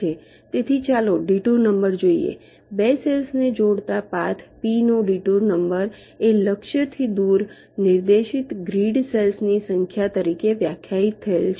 તેથી ચાલો detour number જોઈએ બે સેલ્સ ને જોડતા પાથ P નો ડિટૂર નંબર એ લક્ષ્યથી દૂર નિર્દેશિત ગ્રીડ સેલ્સ ની સંખ્યા તરીકે વ્યાખ્યાયિત થયેલ છે